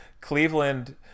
Cleveland